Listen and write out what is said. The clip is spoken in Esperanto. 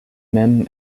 mem